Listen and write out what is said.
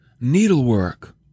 needlework